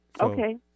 okay